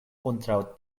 kontraŭ